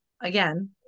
again